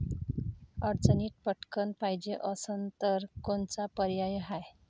अडचणीत पटकण पायजे असन तर कोनचा पर्याय हाय?